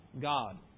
God